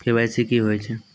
KYC की होय छै?